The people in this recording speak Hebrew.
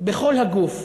בכל הגוף.